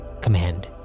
Command